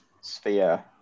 sphere